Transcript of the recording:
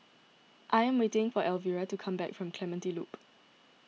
I am waiting for Elvira to come back from Clementi Loop